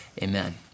Amen